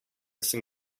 sem